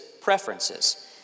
preferences